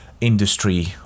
industry